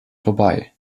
vorbei